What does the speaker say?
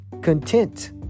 content